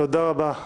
תודה רבה.